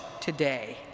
today